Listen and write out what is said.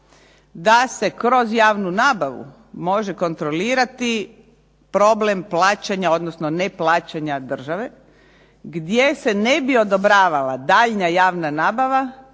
da se kroz javnu nabavu može kontrolirati problem plaćanja, odnosno neplaćanja države, gdje se ne bi odobravala daljnja javna nabava